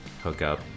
hookup